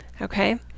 okay